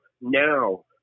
now